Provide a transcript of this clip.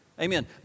Amen